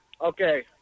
Okay